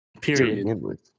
Period